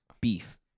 beef